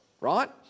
right